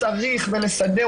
צריך ולסדר.